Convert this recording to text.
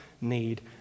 need